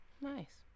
nice